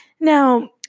Now